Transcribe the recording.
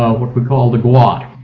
ah what we call the gwot.